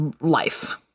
life